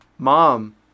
Mom